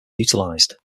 utilized